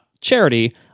charity